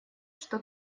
что